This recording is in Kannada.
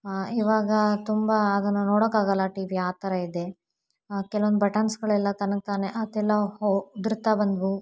ಇವಾಗ ತುಂಬ ಅದನ್ನು ನೋಡೋಕ್ಕಾಗಲ್ಲ ಟಿ ವಿ ಆ ಥರ ಇದೆ ಕೆಲ್ವೊಂದು ಬಟನ್ಸ್ಗಳೆಲ್ಲ ತನಗೆ ತಾನೆ ಅದೆಲ್ಲ ಹೊ ಉದುರ್ತಾ ಬಂದವು